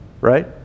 right